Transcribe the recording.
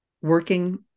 working